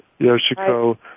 Yoshiko